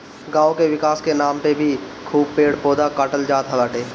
गांव के विकास के नाम पे भी खूब पेड़ पौधा काटल जात बाटे